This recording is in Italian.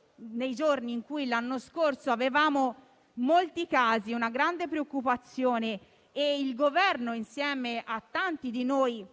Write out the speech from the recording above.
scorso in questi giorni avevamo molti casi e una grande preoccupazione e il Governo, insieme a tanti di noi,